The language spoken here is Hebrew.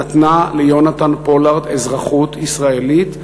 נתנה ליונתן פולארד אזרחות ישראלית,